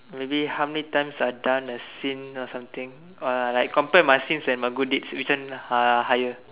maybe how many times I done as sins or something uh like compare my sins and good deed which one are higher